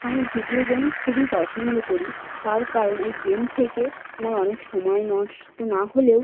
আমি video game খুবই পছন্দ করি তার কারণ এই গেম থেকে আমার অনেক সময় নষ্ট না হলেও